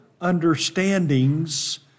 understandings